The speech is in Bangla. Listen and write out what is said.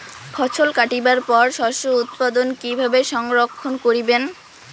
ফছল কাটিবার পর শস্য উৎপাদন কিভাবে সংরক্ষণ করিবেন?